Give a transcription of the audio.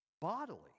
bodily